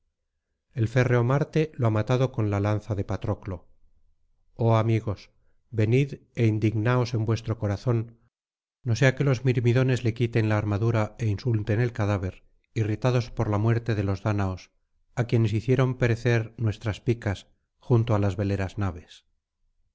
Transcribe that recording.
el férreo marte lo ha matado con la lanza de patroclo oh amigos venid é indignaos en vuestro corazón no sea que los mirmidones le quiten la armadura é insulten el cadáver irritados por la muerte de los dáñaos á quienes hicieron perecer nuestras picas junto á las veleras naves